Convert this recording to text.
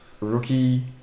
rookie